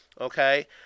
okay